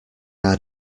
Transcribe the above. are